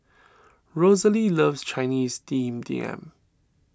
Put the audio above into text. Rosalie loves Chinese Steamed Yam